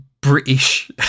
British